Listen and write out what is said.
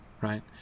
right